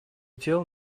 дел